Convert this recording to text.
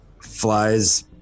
Flies